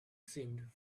seemed